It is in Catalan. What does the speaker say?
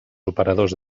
operadors